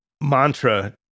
mantra